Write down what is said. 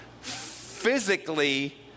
physically